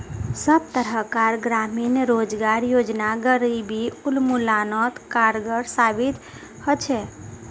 सब तरह कार ग्रामीण रोजगार योजना गरीबी उन्मुलानोत कारगर साबित होछे